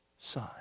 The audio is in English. son